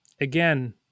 Again